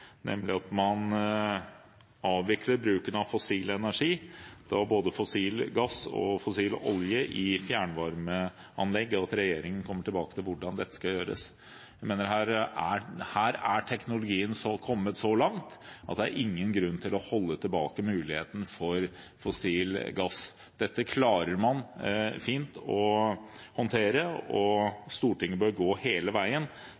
nemlig at man avvikler bruken av fossil energi, både fossil gass og fossil olje, i fjernvarmeanlegg, og hvor man ber regjeringen komme tilbake med hvordan dette skal gjøres. Her er teknologien kommet så langt at det er ingen grunn til å holde tilbake muligheten når det gjelder fossil gass. Dette klarer man fint å håndtere, og Stortinget bør gå hele veien,